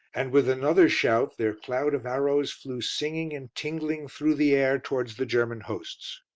and with another shout their cloud of arrows flew singing and tingling through the air towards the german hosts.